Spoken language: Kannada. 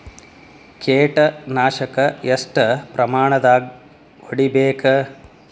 ಕೇಟ ನಾಶಕ ಎಷ್ಟ ಪ್ರಮಾಣದಾಗ್ ಹೊಡಿಬೇಕ?